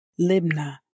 Libna